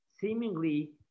seemingly